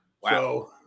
Wow